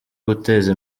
guteza